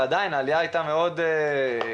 עדיין הייתה עליה חדה.